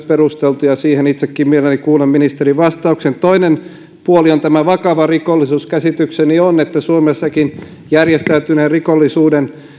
perusteltu ja siihen itsekin mielelläni kuulen ministerin vastauksen toinen puoli on vakava rikollisuus käsitykseni on että suomessakin järjestäytyneen rikollisuuden